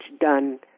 done